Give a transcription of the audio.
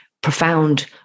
profound